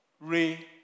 Ray